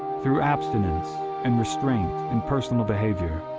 through abstinence and restraint in personal behavior,